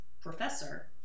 professor